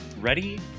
Ready